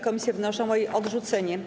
Komisje wnoszą o jej odrzucenie.